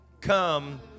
come